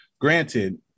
Granted